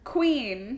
Queen